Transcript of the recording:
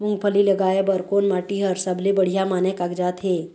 मूंगफली लगाय बर कोन माटी हर सबले बढ़िया माने कागजात हे?